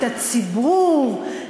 את הציבור?